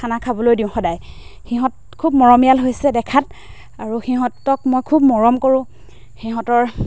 খানা খাবলৈ দিওঁ সদায় সিহঁত খুব মৰমীয়াল হৈছে দেখাত আৰু সিহঁতক মই খুব মৰম কৰোঁ সিহঁতৰ